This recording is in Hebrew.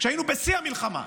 כשהיינו בשיא המלחמה.